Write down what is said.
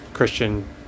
christian